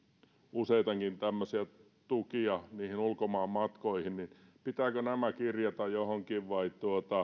useitakin tämmöisiä tukia niihin ulkomaanmatkoihin pitääkö nämä kirjata johonkin vai